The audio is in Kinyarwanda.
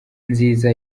nziza